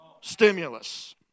stimulus